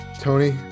Tony